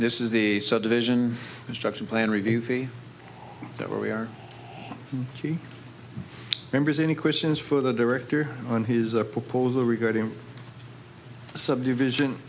this is the subdivision instruction plan review fee that we are members any questions for the director on his or proposal regarding subdivision